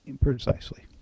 Precisely